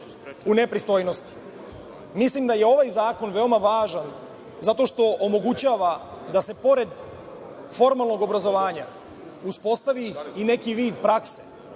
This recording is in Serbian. u nepristojnosti. Mislim da je ovaj zakon veoma važan zato što omogućava da se pored formalnog obrazovanja uspostavi i neki vid prakse.